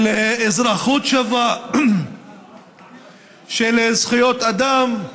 של אזרחות שווה, של זכויות אדם,